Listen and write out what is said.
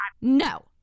No